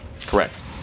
Correct